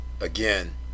again